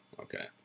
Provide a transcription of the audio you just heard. okay